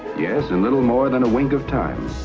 yes, in little more than a wink of time,